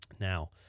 Now